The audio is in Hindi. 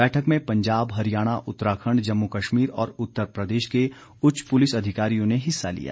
बैठक में पंजाब हरियाणा उत्तराखंड जम्मू कश्मीर और उत्तर प्रदेश के उच्च पुलिस अधिकारियों ने हिस्सा लिया